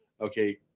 okay